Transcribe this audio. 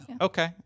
Okay